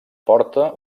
porta